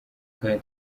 kandi